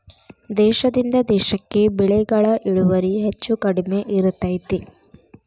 ದೇಶದಿಂದ ದೇಶಕ್ಕೆ ಬೆಳೆಗಳ ಇಳುವರಿ ಹೆಚ್ಚು ಕಡಿಮೆ ಇರ್ತೈತಿ